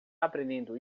aprendendo